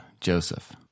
Joseph